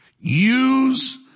Use